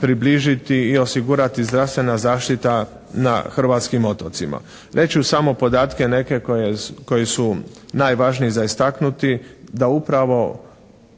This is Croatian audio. približiti i osigurati zdravstvena zaštita na hrvatskim otocima. Reći ću samo podatke neke koji su najvažniji za istaknuti da upravo